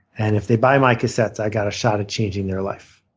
and if they buy my cassettes, i've got a shot at changing their life.